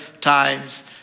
times